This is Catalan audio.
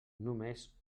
només